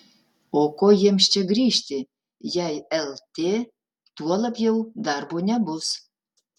o ko jiems čia grįžti jei lt tuo labiau darbo nebus